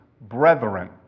brethren